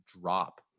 Drop